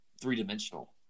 three-dimensional